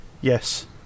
Yes